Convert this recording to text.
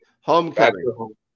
homecoming